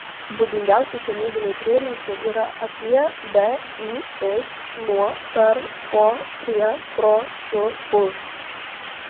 būdingiausi senybiniai prielinksniai yra apie be į iš nuo per po prie pro su už